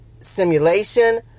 simulation